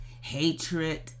hatred